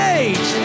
age